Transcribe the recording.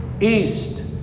east